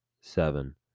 seven